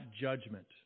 judgment